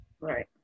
Right